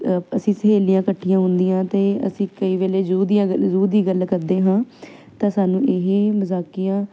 ਅਸੀਂ ਸਹੇਲੀਆਂ ਇਕੱਠੀਆਂ ਹੁੰਦੀਆਂ ਅਤੇ ਅਸੀਂ ਕਈ ਵੇਲੇ ਜੂਹ ਦੀਆਂ ਜ਼ੂ ਦੀਆਂ ਗੱਲ ਕਰਦੇ ਹਾਂ ਤਾਂ ਸਾਨੂੰ ਇਹ ਮਜ਼ਾਕੀਆ